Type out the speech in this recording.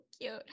cute